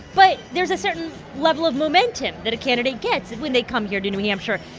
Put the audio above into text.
but there's a certain level of momentum that a candidate gets when they come here to new hampshire.